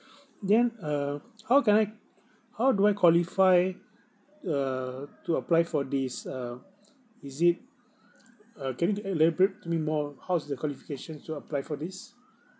then uh how can I how do I qualify err to apply for this uh is it uh can you then elaborate to me more how's the qualification to apply for this